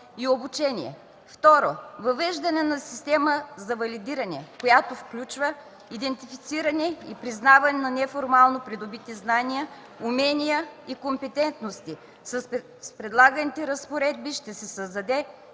и обучение. - Въвеждане на система за валидиране, която включва идентифициране и признаване на неформално придобити знания, умения и компетентности. С предлаганите разпоредби ще се създаде